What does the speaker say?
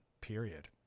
Period